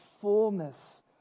fullness